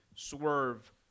Swerve